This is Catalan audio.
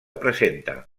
presenta